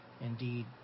indeed